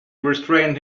restrained